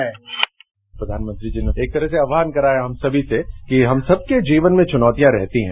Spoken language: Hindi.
साउंड बाई प्रधानमंत्री जी ने एक तरह आह्वान कराया हम सभी से कि हम सबके बीच में चुनौतियां रहती हैं